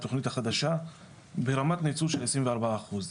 לפי התוכניות הקודמות מהתכנית החדשה ברמת ניצול של עשרים וארבעה אחוז.